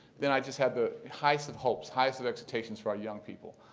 then i just have the highest of hopes, highest of expectations for our young people.